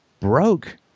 broke